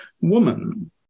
woman